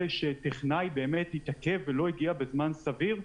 שטכנאי באמת התעכב ולא הגיע בזמן סביר?